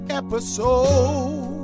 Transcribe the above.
episode